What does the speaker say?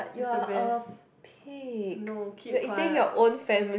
is the best